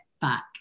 back